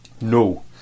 No